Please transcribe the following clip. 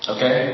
Okay